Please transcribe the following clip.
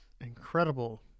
incredible